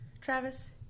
Travis